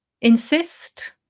Insist